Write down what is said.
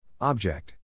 Object